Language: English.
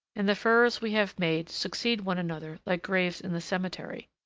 and the furrows we have made succeed one another like graves in the cemetery.